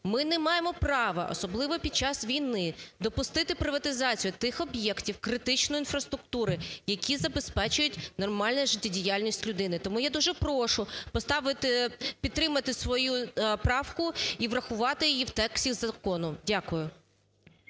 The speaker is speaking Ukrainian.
Ми не маємо права особливо під час війни допустити приватизацію тих об'єктів критичної інфраструктури, які забезпечують нормальну життєдіяльність людини. Тому я дуже прошу підтримати свою правку і врахувати її в тексті закону. Дякую.